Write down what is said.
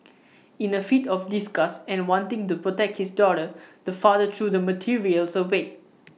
in A fit of disgust and wanting to protect his daughter the father threw the materials away